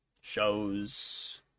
shows